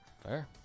Fair